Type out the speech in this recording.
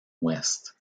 ouest